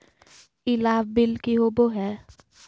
ई लाभ बिल की होबो हैं?